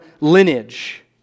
lineage